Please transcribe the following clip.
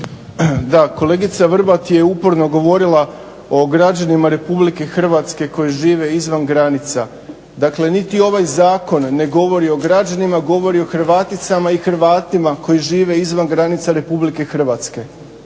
Da, kolegica Vrbat je uporno govorila o građanima RH koji žive izvan granica. Dakle, niti ovaj zakon ne govori o građanima, govori o Hrvaticama i Hrvatima koji žive izvan granica RH. Dakle,